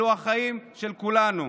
אלו החיים של כולנו.